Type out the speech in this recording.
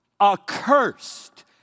accursed